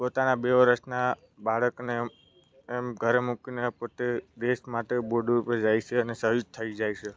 પોતાના બે વર્ષના બાળકને એમ ઘરે મૂકીને પોતે દેશ માટે બોર્ડર ઉપર જાય છે અને શહીદ થઈ જાય છે